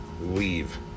leave